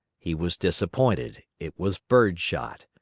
he was disappointed it was bird shot.